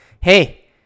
hey